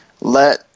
let